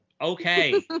okay